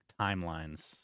timelines